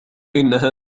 إنها